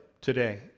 today